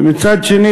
ומצד שני,